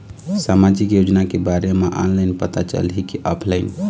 सामाजिक योजना के बारे मा ऑनलाइन पता चलही की ऑफलाइन?